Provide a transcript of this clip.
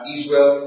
Israel